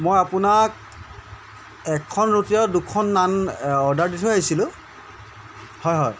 মই আপোনাক এখন ৰুটি আৰু দুখন নান অৰ্ডাৰ দি থৈ আহিছিলোঁ হয় হয়